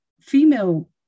female